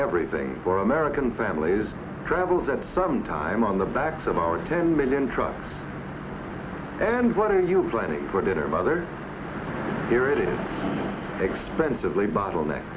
everything for american families travels at some time on the backs of our ten million trucks and what are you planning for their mother here it is expensive les bottleneck